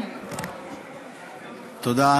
תודה.